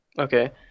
Okay